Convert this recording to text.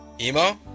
Emo